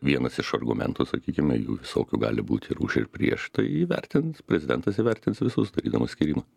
vienas iš argumentų sakykime jų visokių gali būt ir už ir prieš tai įvertins prezidentas įvertins visus darydamas skyrimą